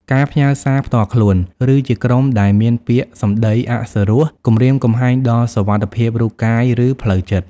ការផ្ញើសារផ្ទាល់ខ្លួន ឬជាក្រុមដែលមានពាក្យសម្ដីអសុរោះ គំរាមកំហែងដល់សុវត្ថិភាពរូបកាយ ឬផ្លូវចិត្ត។